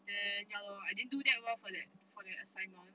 then ya lor I didn't that well for that for that assignment